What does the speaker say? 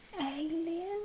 Alien